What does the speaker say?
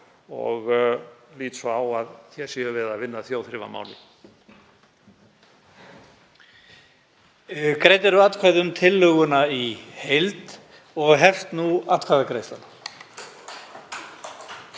og lít svo á að hér séum við að vinna að þjóðþrifamáli.